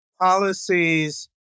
policies